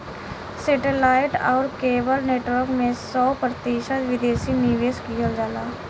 सेटे light आउर cable network में सौ प्रतिशत विदेशी निवेश किहल जाला